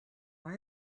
why